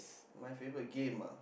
my favourite game ah